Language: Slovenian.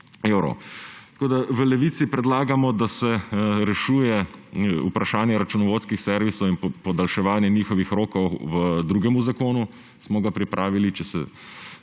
v Levici predlagamo, da se rešuje vprašanje računovodskih servisov in podaljševanje njihovih rokov v drugem zakonu, smo ga pripravili, če se